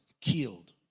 killed